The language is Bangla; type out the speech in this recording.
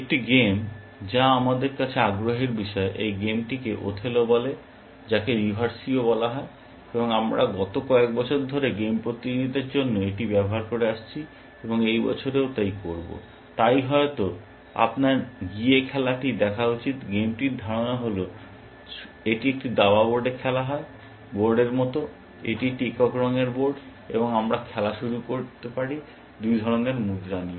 একটি গেম যা আমাদের কাছে আগ্রহের বিষয় এই গেমটিকে ওথেলো বলে যাকে রিভার্সিও বলা হয় এবং আমরা গত কয়েক বছর ধরে গেম প্রতিযোগিতার জন্য এটি ব্যবহার করে আসছি এবং এই বছরেও তা করব। তাই হয়ত আপনার গিয়ে খেলাটি দেখা উচিত গেমটির ধারণা হল এটি একটি দাবা বোর্ডে খেলা হয় বোর্ডের মতো এটি একটি একক রঙের বোর্ড এবং আমরা খেলা শুরু করি দুই ধরনের মুদ্রা দিয়ে